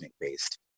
based